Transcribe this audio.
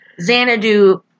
Xanadu